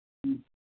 ம்